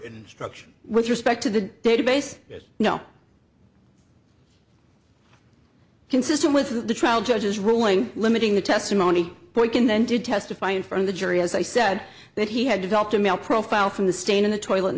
instruction with respect to the database there's no consistent with the trial judge's ruling limiting the testimony we can then to testify in front of the jury as i said that he had developed a male profile from the stain in the toilet in